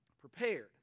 prepared